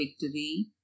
victory